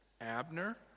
Abner